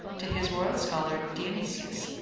to his royal scholar dionysius,